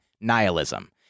Nihilism